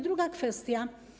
Druga kwestia.